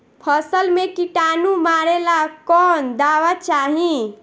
फसल में किटानु मारेला कौन दावा चाही?